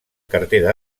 cartera